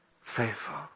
Faithful